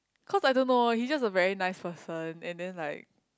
cause I don't know he just a very nice person and then like